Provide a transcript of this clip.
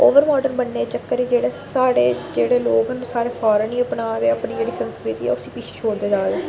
over modern बनने दे चक्कर च एह् साढ़ै जेह्ड़े लोक न साढ़े फारने गी अपना दे अपनी जेह्ड़ी संस्कृति उसी पिच्छे छुड़दे जा दे